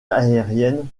aérienne